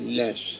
less